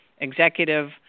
executive